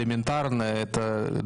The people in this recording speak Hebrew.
ההגבלות שקיימות בעקבות הלחימה.